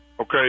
Okay